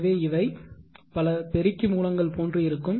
எனவே இவை பல பெருக்கி மூலங்கள் போன்று இருக்கும்